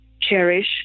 cherish